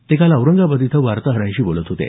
ते काल औरंगाबाद इथं वार्ताहरांशी बोलत होते